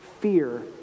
fear